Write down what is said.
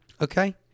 Okay